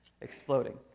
exploding